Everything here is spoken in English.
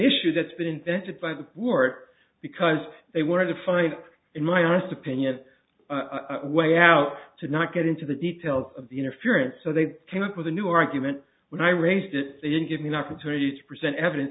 issue that's been invented by the board because they were defined in my honest opinion a way out to not get into the details of the interference so they came up with a new argument when i raised it they didn't give me an opportunity to present evidence